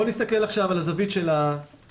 בואו נסתכל עכשיו על הזווית של העובד.